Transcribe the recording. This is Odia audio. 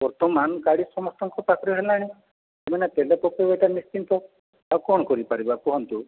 ବର୍ତ୍ତମାନ ଗାଡ଼ି ସମସ୍ତଙ୍କ ପାଖରେ ହେଲାଣି ମାନେ ତେଲ ପକାଇବାଟା ନିଶ୍ଚିନ୍ତ ଆଉ କ'ଣ କରିପାରିବା କୁହନ୍ତୁ